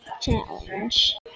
challenge